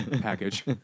package